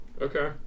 okay